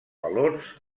valors